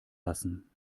lassen